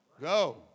go